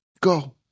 Go